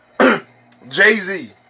Jay-Z